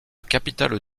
capitale